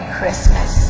Christmas